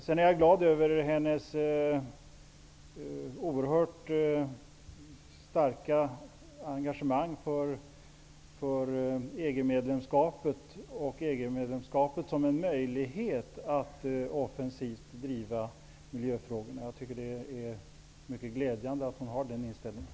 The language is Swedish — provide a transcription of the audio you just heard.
Jag är glad över hennes oerhört starka engagemang för EG medlemskapet och detta som en möjlighet att offensivt driva miljöfrågorna. Det är mycket glädjande att hon har den inställningen.